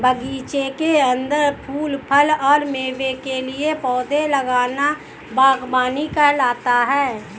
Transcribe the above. बगीचे के अंदर फूल, फल और मेवे के लिए पौधे लगाना बगवानी कहलाता है